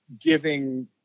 giving